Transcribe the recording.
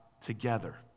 Together